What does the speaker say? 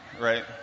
right